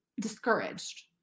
discouraged